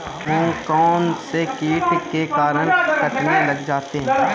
मूंग कौनसे कीट के कारण कटने लग जाते हैं?